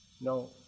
No